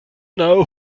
know